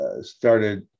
started